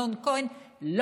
אמנון כהן,